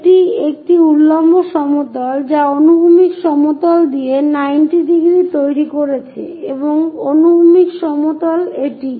এটি একটি উল্লম্ব সমতল যা অনুভূমিক সমতল দিয়ে 90 ডিগ্রি তৈরি করছে এবং অনুভূমিক সমতল এটি